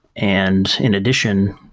and in addition,